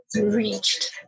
reached